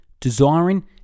desiring